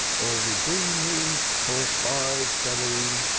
or redeem him for five selaim,